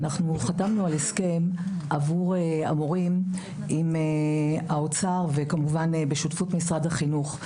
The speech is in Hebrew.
חתמנו על הסכם עבור המורים עם האוצר וכמובן בשותפות משרד החינוך.